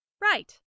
Right